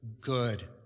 good